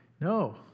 No